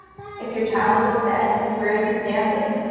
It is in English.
if your child is upset, where are you standing?